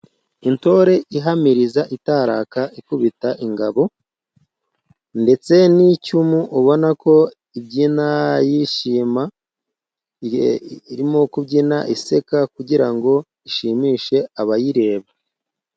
Intore ihamiriza itaraka ikubita ingabo ndetse n'icumu, ubona ko ibyina yishima, irimo kubyina iseka kugira ngo ishimishe abayireba.